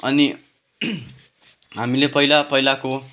अनि हामीले पहिला पहिलाको